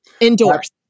Endorse